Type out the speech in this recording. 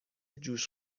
جوش